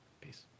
Peace